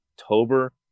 October